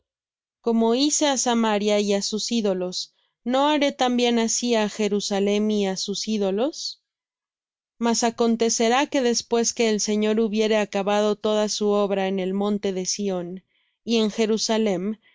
como hice á samaria y á sus ídolos no haré también así á jerusalem y á sus ídolos mas acontecerá que después que el señor hubiere acabado toda su obra en el monte de sión y en jerusalem